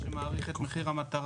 אנחנו נתחיל מהצעות לסדר.